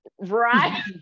Right